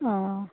অঁ